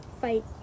fight